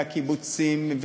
לקיבוצים,